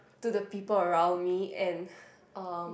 to the people around me and um